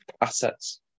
assets